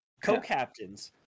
Co-captains